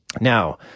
Now